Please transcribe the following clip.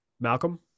Malcolm